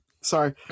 Sorry